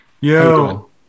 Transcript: yo